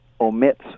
omits